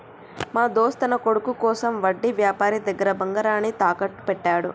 మా దోస్త్ తన కొడుకు కోసం వడ్డీ వ్యాపారి దగ్గర బంగారాన్ని తాకట్టు పెట్టాడు